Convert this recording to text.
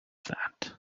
that